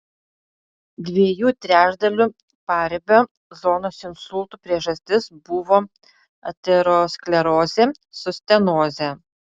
dviejų trečdalių paribio zonos insultų priežastis buvo aterosklerozė su stenoze